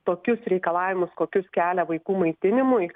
tokius reikalavimus kokius kelia vaikų maitinimui